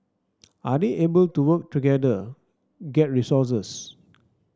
are they able to work together get resources